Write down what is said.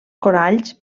coralls